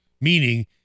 Meaning